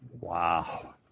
Wow